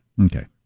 Okay